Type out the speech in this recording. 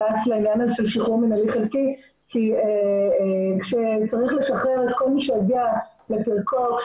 לעניין של שחרור מנהלי חלקי כי כשצריך לשחרר את כל מי שיגיע לפרקו,